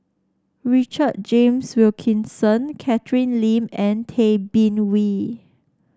Richard James Wilkinson Catherine Lim and Tay Bin Wee